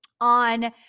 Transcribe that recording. on